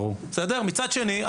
מצד שני,